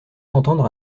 entendre